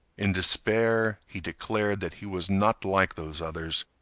in despair, he declared that he was not like those others.